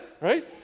Right